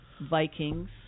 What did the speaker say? Vikings